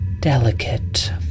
delicate